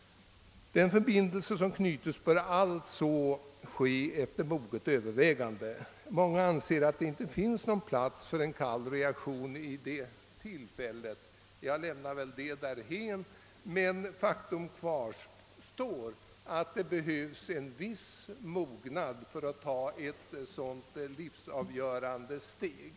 Denna förbindelse bör alltså knytas först efter moget övervägande. Många anser att det inte finns plats för kallt reflekterande vid det tillfället. Jag lämnar detta därhän, men faktum kvarstår att en viss mognad behövs inför ett så livsavgörande steg.